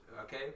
okay